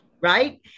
right